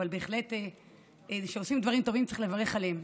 אבל כשעושים דברים טובים צריך לברך עליהם.